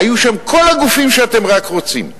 היו שם כל הגופים שאתם רק רוצים,